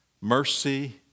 mercy